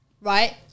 right